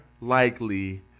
likely